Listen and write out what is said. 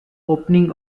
opening